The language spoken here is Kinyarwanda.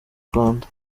rwanda